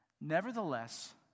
Nevertheless